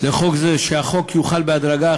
לחוק זה שהחוק יוחל בהדרגה,